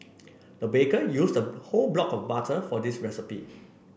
the baker used a whole block of butter for this recipe